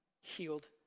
healed